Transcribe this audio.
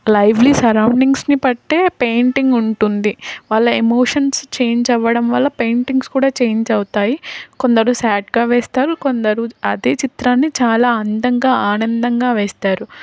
lively సరౌండింగ్స్ని పట్టే painting ఉంటుంది వాళ్ళ ఎమోషన్స్ చేంజ్ అవ్వడం వల్ల పెయింటింగ్స్ కూడా చేంజ్ అవుతాయి కొందరు స్యాడ్గా వేస్తారు కొందరు అదే చిత్రాన్ని చాలా అందంగా ఆనందంగా వేస్తారు